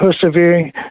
persevering